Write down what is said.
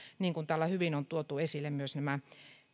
täällä hyvin on tuotu esille myös nämä